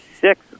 six